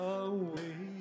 away